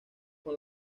con